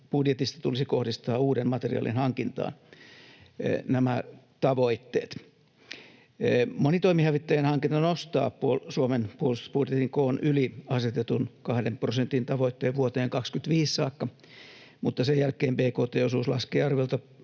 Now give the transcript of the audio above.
puolustusbudjetista tulisi kohdistaa uuden materiaalin hankintaan — nämä tavoitteet. Monitoimihävittäjien hankinta nostaa Suomen puolustusbudjetin koon yli asetetun kahden prosentin tavoitteen vuoteen 25 saakka, mutta sen jälkeen bkt-osuus laskee arviolta